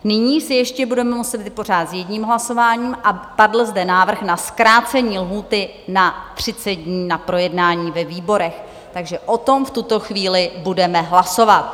Nyní se ještě budeme muset vypořádat s jedním hlasováním a padl zde návrh na zkrácení lhůty na 30 dní na projednání ve výborech, takže o tom v tuto chvíli budeme hlasovat.